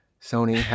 Sony